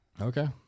Okay